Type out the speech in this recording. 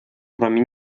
кроме